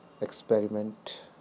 experiment